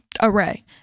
array